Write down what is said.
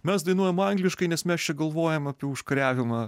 mes dainuojam angliškai nes mes čia galvojam apie užkariavimą